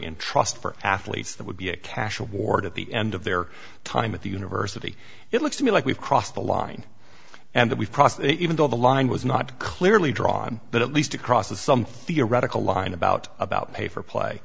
trust for athletes that would be a cash award at the end of their time at the university it looks to me like we've crossed the line and we've crossed even though the line was not clearly drawn that at least across the some theoretical line about about pay for play